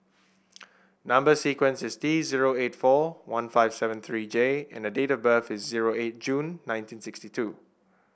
number sequence is T zero eight four one five seven three J and date of birth is zero eight June nineteen sixty two